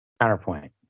Counterpoint